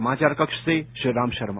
समाचार कक्ष से श्रीराम शर्मा